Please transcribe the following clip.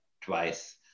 twice